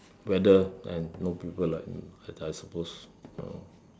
weather and you know people like me that I suppose those you know